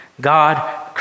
God